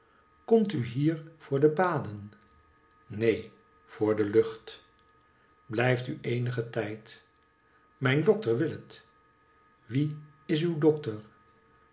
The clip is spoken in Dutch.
komt u hier voor de baden neen voor de lucht blijft u eenigen tijd mijn dokter wil het wie is uw dokter